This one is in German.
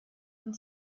von